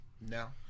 No